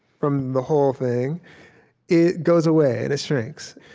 from the whole thing it goes away. and it shrinks.